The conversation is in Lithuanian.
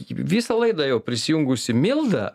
visą laidą jau prisijungusi milda